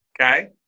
Okay